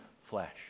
flesh